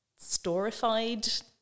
storified